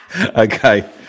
Okay